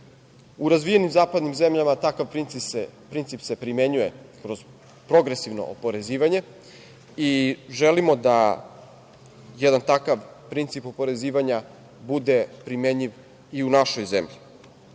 razvijenim zapadnim zemljama takav princip se primenjuje, odnosno progresivno oporezivanje i želimo da jedan takav princip oporezivanja bude primenjiv i u našoj zemlji.